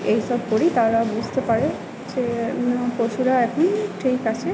এই সব করেই তারা বুঝতে পারে যে পশুরা এখন ঠিক আছে